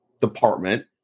department